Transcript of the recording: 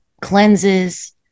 cleanses